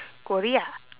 korea